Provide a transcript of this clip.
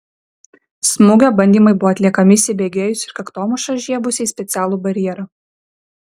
smūgio bandymai buvo atliekami įsibėgėjus ir kaktomuša žiebus į specialų barjerą